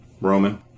Roman